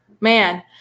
man